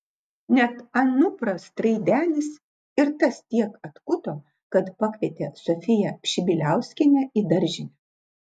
net anupras traidenis ir tas tiek atkuto kad pakvietė sofiją pšibiliauskienę į daržinę